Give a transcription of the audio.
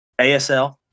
asl